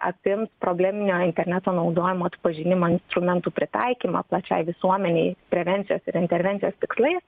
apims probleminio interneto naudojimo atpažinimo instrumentų pritaikymą plačiai visuomenei prevencijos ir intervencijos tikslais